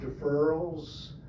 deferrals